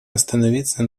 остановиться